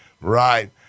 Right